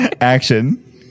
Action